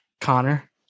Connor